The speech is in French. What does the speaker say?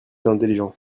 intelligent